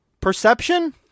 Perception